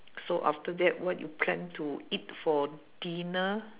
so after that what you plan to eat for dinner